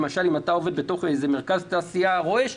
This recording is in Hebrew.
למשל אם אתה עובד באיזה מרכז תעשייה רועש,